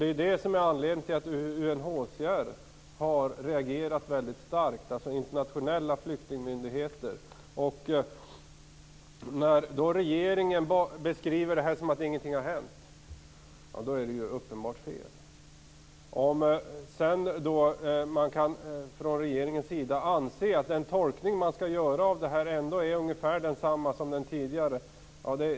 Det är det som är anledningen till att den internationella flyktingmyndigheten UNHCR har reagerat väldigt starkt. När regeringen beskriver det så att ingenting har hänt är det uppenbart fel. Regeringen anser att den tolkning man skall göra av det här är ungefär densamma som tidigare.